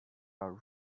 are